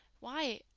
why,